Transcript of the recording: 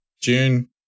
June